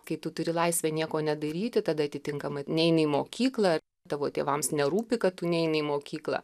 kai tu turi laisvę nieko nedaryti tada atitinkamai neina į mokyklą tavo tėvams nerūpi kad tu neini į mokyklą